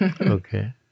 Okay